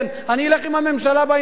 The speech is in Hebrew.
אני אלך עם הממשלה בעניין הזה,